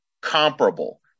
comparable